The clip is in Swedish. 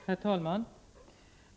Herr talman!